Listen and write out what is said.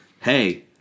Hey